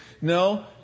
No